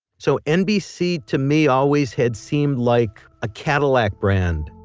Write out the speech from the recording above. so nbc to me always had seemed like a cadillac brand.